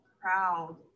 proud